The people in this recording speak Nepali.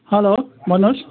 हेलो भन्नुहोस्